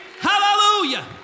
hallelujah